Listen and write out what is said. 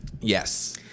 Yes